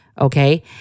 Okay